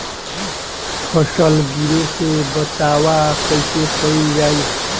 फसल गिरे से बचावा कैईसे कईल जाई?